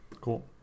Cool